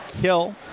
kill